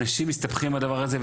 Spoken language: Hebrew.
אנשים מסתבכים עם הדבר הזה,